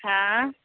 हँ